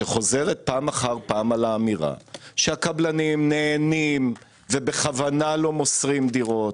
שחוזרת פעם אחר פעם על האמירה שהקבלנים נהנים ובכוונה לא מוסרים דירות.